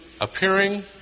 appearing